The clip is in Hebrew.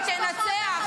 והיא תנצח.